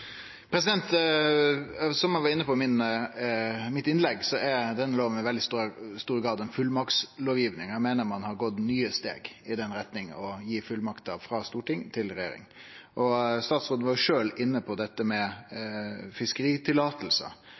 denne loven i veldig stor grad ei fullmaktslovgiving. Eg meiner ein har gått nye steg i retning av å gi fullmakter frå storting til regjering. Statsråden var jo sjølv inne på dette med